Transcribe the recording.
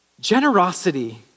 generosity